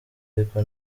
ariko